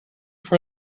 for